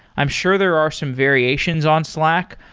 i'm sure there are some variations on slack,